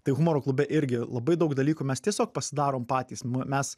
tai humoro klube irgi labai daug dalykų mes tiesiog pasidarom patys mes